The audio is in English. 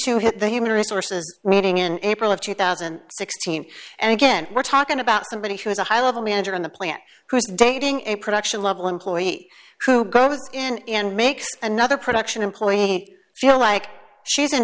to hit the human resources reading in april of two thousand and sixteen and again we're talking about somebody who is a high level manager in the plant who's dating a production level employee who goes in and makes another production employee feel like she's in